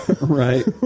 Right